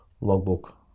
Logbook